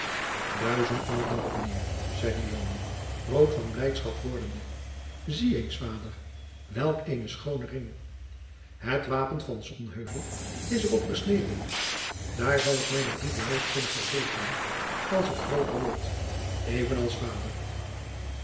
duizendmaal dank mijnheer zeide joan rood van blijdschap wordende zie eens vader welk een schoone ring het wapen van sonheuvel is er op gesneden daar zal ik mijne brieven mede kunnen verzegelen als ik grooter word even als vader